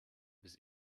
bis